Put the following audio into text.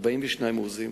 42 עוזים,